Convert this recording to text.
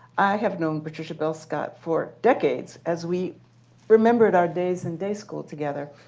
i have known patricia bell-scott for decades as we remembered our days in day school together